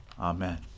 Amen